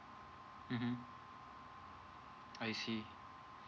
mmhmm I see